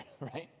right